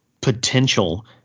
potential